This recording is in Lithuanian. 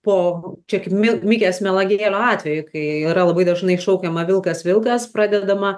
po čia kaip mi mikės melagėlio atveju kai yra labai dažnai šaukiama vilkas vilkas pradedama